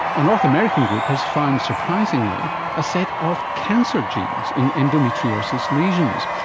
a north american group has found surprisingly a set of cancer genes in endometriosis legions.